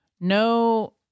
no